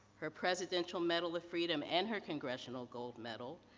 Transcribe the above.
her presidential medal of freedom and her congressional gold medal,